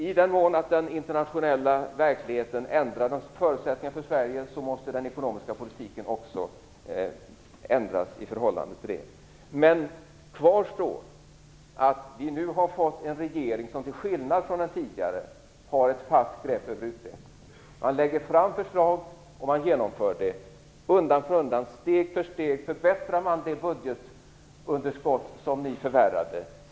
I den mån den internationella verkligheten ändrar förutsättningarna för Sverige måste den ekonomiska politiken också ändras i förhållande till detta. Men kvar står att vi nu har fått en regering som till skillnad från den tidigare regeringen har ett fast grepp över utvecklingen. Man lägger fram förslag och genomför dem. Undan för undan, steg för steg, minskas det budgetunderskott som ni förvärrade.